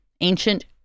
ancient